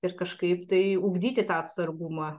ir kažkaip tai ugdyti tą atsargumą